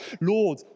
Lord